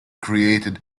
created